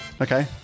okay